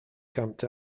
camped